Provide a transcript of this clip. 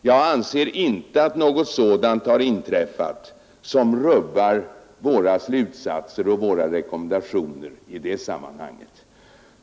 Jag anser inte att något sådant har inträffat som rubbar våra slutsatser och våra rekommendationer i det sammanhanget.